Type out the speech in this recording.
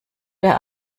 der